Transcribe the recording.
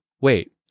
wait